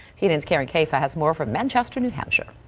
cnn's karin caifa has more from manchester new hampshire.